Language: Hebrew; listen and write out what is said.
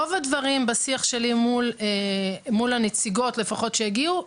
רוב הדברים בשיח שלי מול הנציגות לפחות שהגיעו,